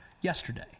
yesterday